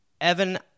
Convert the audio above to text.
Evan